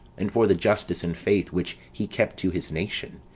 and for the justice and faith which he kept to his nation,